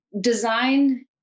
design